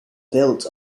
built